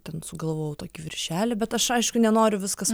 ten sugalvojau tokį viršelį bet aš aišku nenoriu viskas